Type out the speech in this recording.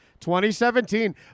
2017